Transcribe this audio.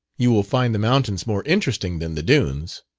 you will find the mountains more interesting than the dunes.